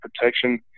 protection